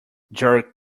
jerk